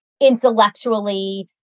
intellectually